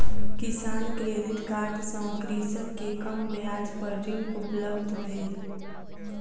किसान credit card सँ कृषक के कम ब्याज पर ऋण उपलब्ध भेल